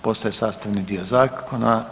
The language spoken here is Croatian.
Postaje sastavni dio zakona.